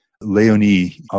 Leonie